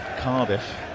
Cardiff